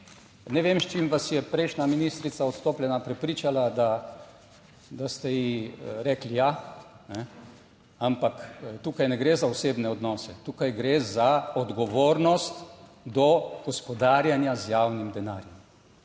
Ne vem s čim vas je prejšnja ministrica odstopljena prepričala, da ste ji rekli, ja, ampak tukaj ne gre za osebne odnose. Tukaj gre za odgovornost do gospodarjenja z javnim denarjem.